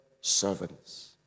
servants